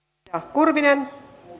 kurvinen